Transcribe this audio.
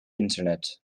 internet